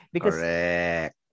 Correct